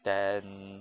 then